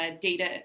Data